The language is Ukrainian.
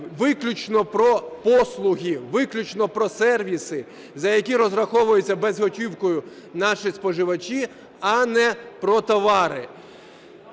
виключно про послуги, виключно про сервіси, за які розраховуються безготівкою наші споживачі, а не про товари.